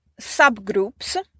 subgroups